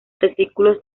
testículos